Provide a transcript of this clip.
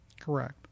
correct